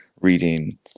reading